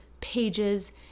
pages